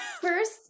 first